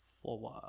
forward